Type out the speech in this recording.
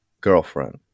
girlfriend